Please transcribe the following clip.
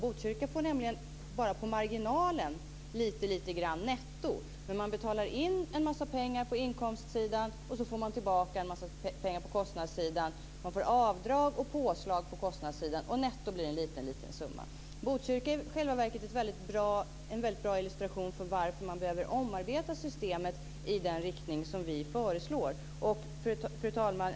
Botkyrka får nämligen bara lite grann netto på marginalen. Man betalar in en massa pengar på inkomstsidan, och så får man tillbaka en massa pengar på kostnadssidan. Man får avdrag och påslag på kostnadssidan, och netto blir det en liten, liten summa. Botkyrka är i själva verket en bra illustration för varför man behöver omarbeta systemet i den riktning som vi föreslår. Fru talman!